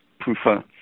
PUFa